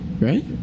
Right